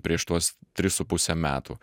prieš tuos tris su puse metų